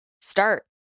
start